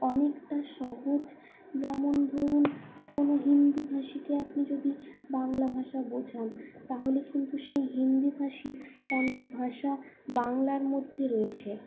অনেকটা সহজ যেমন ধরুন কোনো হিন্দিভাষীকে আপনি যদি বাংলা ভাষা বোঝান তাহলে কিন্তু সেই হিন্দিভাষীর অনেক ভাষা বাংলার মধ্যে রয়েছে